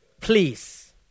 Please